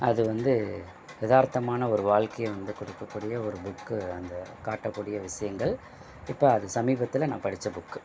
அது வந்து எதார்த்தமான ஒரு வாழ்க்கைய வந்து கொடுக்கக்கூடிய ஒரு புக்கு அந்த காட்டக்கூடிய விஷயங்கள் இப்போ அது சமீபத்தில் நான் படித்த புக்கு